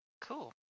Cool